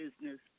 business